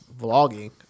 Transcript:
Vlogging